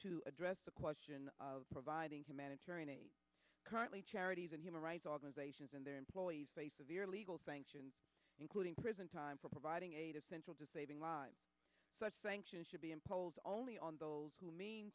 to address the question of providing humanitarian aid currently charities and human rights organizations and their employees a severe legal sanction including prison time for providing aid essential to saving lives such sanction should be in polls only on those who